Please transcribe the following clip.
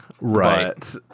Right